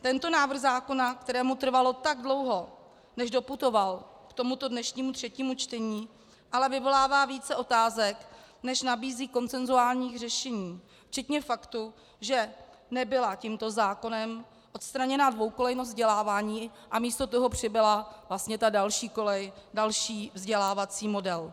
Tento návrh zákona, kterému trvalo tak dlouho, než doputoval k tomuto dnešnímu třetímu čtení, vyvolává více otázek, než nabízí konsenzuálních řešení včetně faktu, že nebyla tímto zákonem odstraněna dvoukolejnost vzdělávání a místo toho přibyla další kolej, další vzdělávací model.